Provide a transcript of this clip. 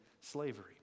slavery